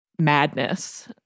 madness